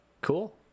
Cool